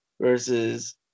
versus